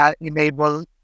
enable